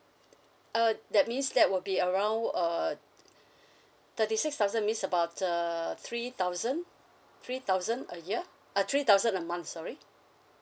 uh that means that would be around uh thirty six thousand means about uh three thousand three thousand a year uh three thousand a month sorry